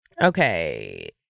Okay